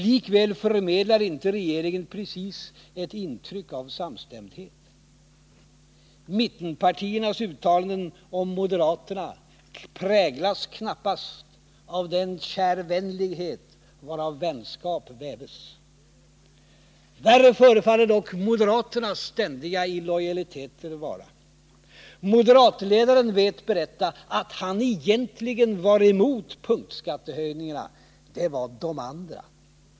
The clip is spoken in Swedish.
Likväl förmedlar inte regeringen precis ett intryck av samstämmighet. Mittenpartiernas uttalanden om moderaterna präglas knappast av den kärvänlighet varav vänskap väves. Värre förefaller dock moderaternas ständiga illojaliteter att vara. Moderatledaren vet berätta att han egentligen var emot punktskattehöjningarna — det var ”de andra”.